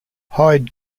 hyde